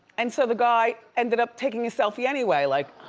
and so the guy ended up taking a selfie anyway, like.